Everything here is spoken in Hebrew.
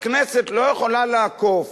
הכנסת לא יכולה לעקוף.